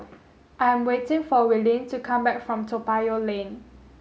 I am waiting for Willene to come back from Toa Payoh Lane